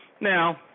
Now